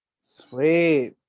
Sweet